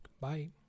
Bye